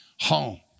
home